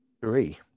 three